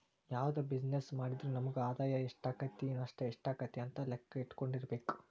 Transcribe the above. ಯಾವ್ದ ಬಿಜಿನೆಸ್ಸ್ ಮಾಡಿದ್ರು ನಮಗ ಆದಾಯಾ ಎಷ್ಟಾಕ್ಕತಿ ನಷ್ಟ ಯೆಷ್ಟಾಕ್ಕತಿ ಅಂತ್ ಲೆಕ್ಕಾ ಇಟ್ಕೊಂಡಿರ್ಬೆಕು